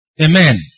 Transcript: Amen